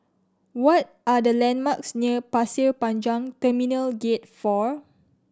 what are the landmarks near Pasir Panjang Terminal Gate Four